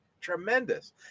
tremendous